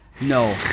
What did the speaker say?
no